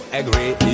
agree